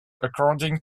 according